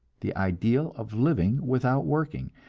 the ideal of living without working,